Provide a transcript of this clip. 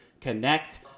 connect